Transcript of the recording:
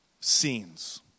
scenes